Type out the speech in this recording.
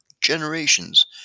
generations